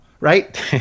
right